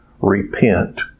repent